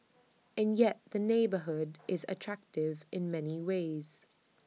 and yet the neighbourhood is attractive in many ways